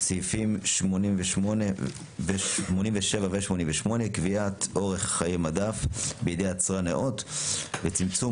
סעיפים 88-87 (קביעת אורך חיי מדף בידי יצרן נאות וצמצום